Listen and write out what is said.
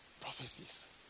prophecies